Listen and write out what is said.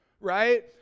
Right